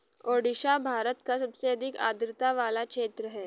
ओडिशा भारत का सबसे अधिक आद्रता वाला क्षेत्र है